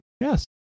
Yes